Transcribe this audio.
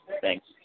Thanks